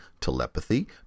telepathy